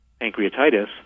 pancreatitis